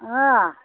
ಆಂ